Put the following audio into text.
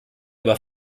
über